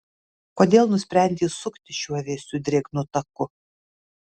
kodėl nusprendei sukti šiuo vėsiu drėgnu taku